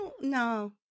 No